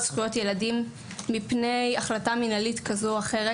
על זכויות של ילדים מפני החלטה מנהלית כזו או אחרת.